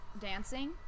dancing